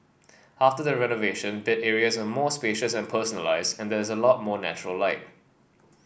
after the renovation bed areas are more spacious and personalised and there is a lot more natural light